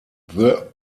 the